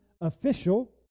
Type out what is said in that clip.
official